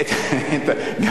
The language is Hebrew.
איזה סרט טורקי,